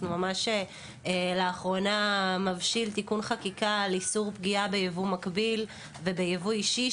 ממש לאחרונה מבשיל תיקון חקיקה על איסור פגיעה ביבוא מקביל וביבוא אישי,